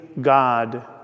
God